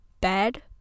bad